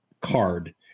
card